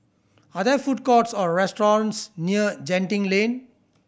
are there food courts or restaurants near Genting Lane